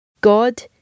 God